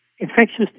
Infectious